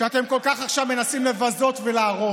שאתם כל כך עכשיו מנסים לבזות ולהרוס,